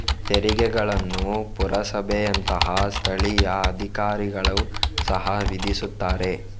ತೆರಿಗೆಗಳನ್ನು ಪುರಸಭೆಯಂತಹ ಸ್ಥಳೀಯ ಅಧಿಕಾರಿಗಳು ಸಹ ವಿಧಿಸುತ್ತಾರೆ